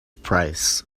price